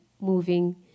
moving